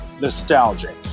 nostalgic